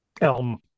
Elm